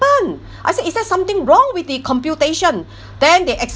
I said is there's something wrong with the computation then they